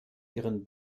ihren